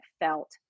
felt